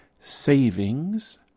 Savings